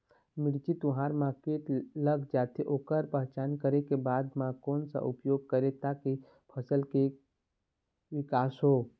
मिर्ची, तुंहर मा कीट लग जाथे ओकर पहचान करें के बाद मा कोन सा उपाय करें ताकि फसल के के विकास हो?